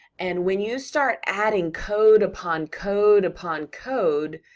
and when you start adding code upon code upon code,